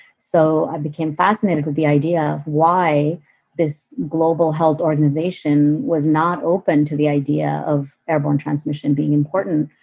so i became fascinated with the idea of why this global health organization was not open to the idea of airborne transmission being important.